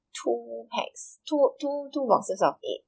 two packs two two two boxes of eight